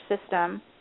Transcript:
system